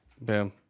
Boom